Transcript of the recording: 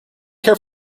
care